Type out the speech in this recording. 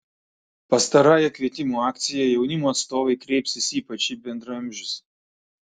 pastarąja kvietimų akcija jaunimo atstovai kreipsis ypač į bendraamžius